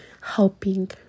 helping